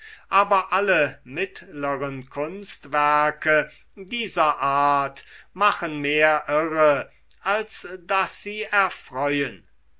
aber alle mittleren kunstwerke dieser art machen mehr irre als daß sie erfreuen